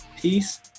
peace